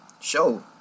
show